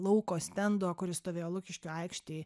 lauko stendo kuris stovėjo lukiškių aikštėj